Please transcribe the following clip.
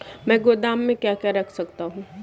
मैं गोदाम में क्या क्या रख सकता हूँ?